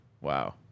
Wow